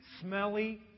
smelly